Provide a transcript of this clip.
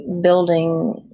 building